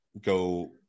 go